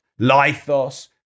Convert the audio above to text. Lithos